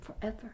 forever